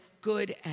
good